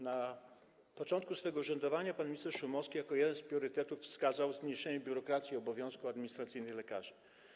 Na początku swojego urzędowania pan minister Szumowski jako jeden z priorytetów wskazał zmniejszenie biurokracji, obowiązków administracyjnych lekarzy.